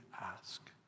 ask